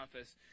office